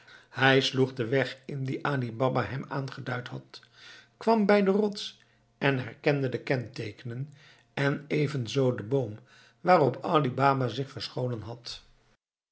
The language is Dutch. hij sloeg den weg in dien ali baba hem aangeduid had kwam bij de rots en herkende de kenteekenen en evenzoo den boom waarop ali baba zich verscholen had